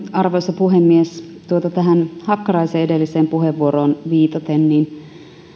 arvoisa puhemies tähän hakkaraisen edelliseen puheenvuoroon viitaten